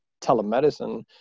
telemedicine